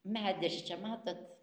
medis čia matot